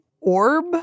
orb